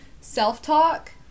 self-talk